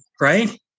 right